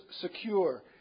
secure